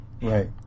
Right